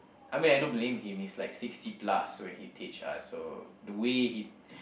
I mean I don't blame him he's like sixty plus when he teach us so the way he